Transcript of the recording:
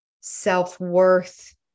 self-worth